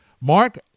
Mark